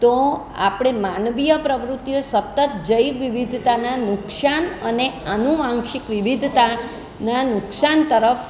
તો આપણે માનવીય પ્રવૃતિઓ સતત જૈવ વિવિધતાના નુકસાન અને અનુવાંશિક વિવિધતા ના નુકસાન તરફ